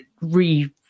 re